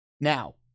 Now